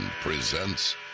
presents